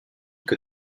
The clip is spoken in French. que